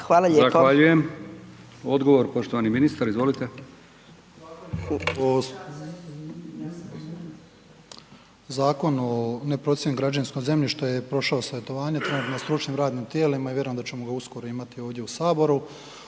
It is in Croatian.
(HDZ)** Zahvaljujem. Odgovor poštovani ministar. **Banožić, Mario (HDZ)** Zakon o neprocijenjenom građevinskom zemljištu je prošao savjetovanje, trenutno je na stručnim radnim tijelima i vjerujem da ćemo ga uskoro imati ovdje u Saboru.